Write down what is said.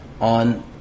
on